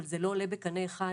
אבל זה לא עולה בקנה אחד,